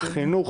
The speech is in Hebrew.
חינוך,